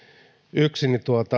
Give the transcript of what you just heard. yksi